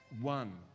one